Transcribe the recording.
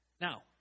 Now